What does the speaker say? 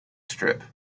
strip